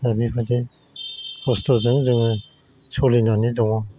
दा बेबायदि खस्थ'जों जोङो स'लिनानै दङ